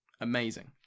amazing